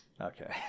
okay